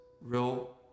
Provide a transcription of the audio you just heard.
real